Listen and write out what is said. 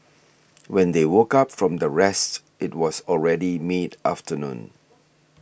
when they woke up from the rest it was already mid afternoon